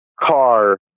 car